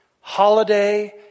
Holiday